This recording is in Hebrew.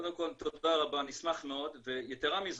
קודם כל תודה רבה, נשמח מאוד, ויתרה מזאת,